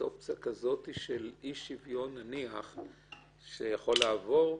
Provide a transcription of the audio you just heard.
אופציה כזאת של אי שוויון שיכול לעבור?